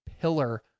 pillar